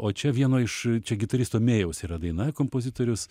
o čia vieno iš čia gitaristo mėjaus yra daina kompozitorius